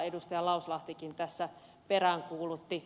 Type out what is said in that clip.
lauslahtikin tässä peräänkuulutti